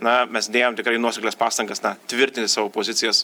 na mes dėjom tikrai nuoseklias pastangas na tvirtinti savo pozicijas